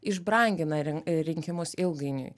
išbrangina rin rinkimus ilgainiui